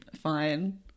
Fine